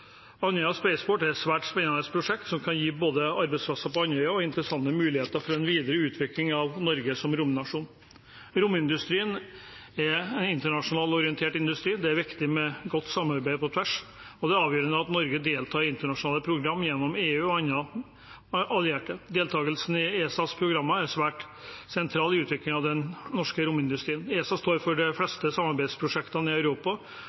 Andøya Spaceport er et svært spennende prosjekt som kan gi både arbeidsplasser på Andøya og interessante muligheter for en videre utvikling av Norge som romnasjon. Romindustrien er en internasjonalt orientert industri. Det er viktig med godt samarbeid på tvers, og det er avgjørende at Norge deltar i internasjonale program gjennom EU og andre allierte. Deltakelsen i ESAs programmer er svært sentral i utviklingen av den norske romindustrien. ESA står for de fleste samarbeidsprosjektene i Europa,